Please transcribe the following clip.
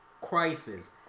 crisis